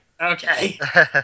okay